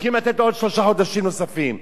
וצריכים לתת שלושה חודשים נוספים.